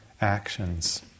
actions